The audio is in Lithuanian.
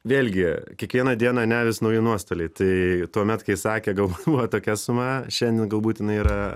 vėlgi kiekvieną dieną ne vis nauji nuostoliai tai tuomet kai sakė gal buvo tokia suma šiandien galbūt jinai yra